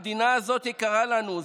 המדינה הזאת יקרה לנו,